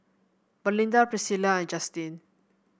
Melinda Priscila and Justine